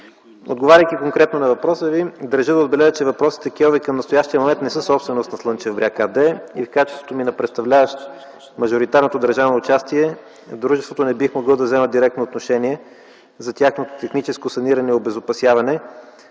Отговаряйки конкретно на въпроса Ви, държа да отбележа, че въпросните кейове към настоящия момент не са собственост на „Слънчев бряг” АД и в качеството ми на представляващ мажоритарното държавно участие в дружеството, не бих могъл да взема директно отношение за тяхното техническо саниране и обезопасяване.